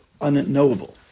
unknowable